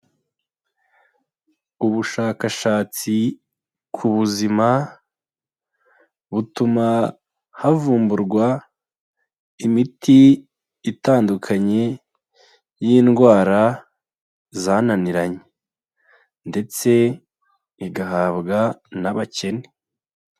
Ubushakashatsi ku buzima butuma havumburwa imiti itandukanye y'indwara zananiranye ndetse igahabwa n'abakene.